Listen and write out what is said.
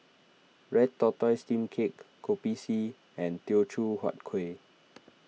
Red Tortoise Steamed Cake Kopi C and Teochew Huat Kueh